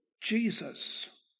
Jesus